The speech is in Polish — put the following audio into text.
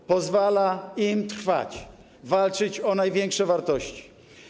To pozwala im trwać, walczyć o największe wartości.